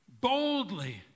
Boldly